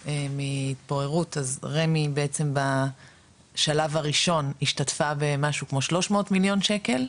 מהתפוררות אז רמ"י בעצם בשלב הראשון השתתפה במשהו כמו 300 מליון שקל,